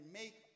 make